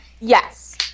Yes